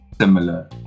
similar